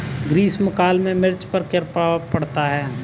ग्रीष्म काल में मिर्च पर क्या प्रभाव पड़ता है?